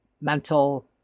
mental